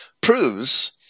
proves